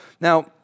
Now